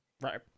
right